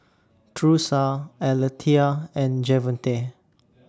Thursa Alethea and Javonte